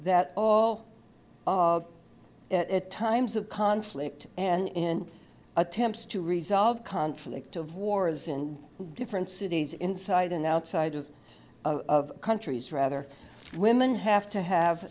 that all times of conflict and attempts to resolve conflict of wars in different cities inside and outside of of countries rather women have to have